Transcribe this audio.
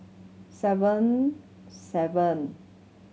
seven seven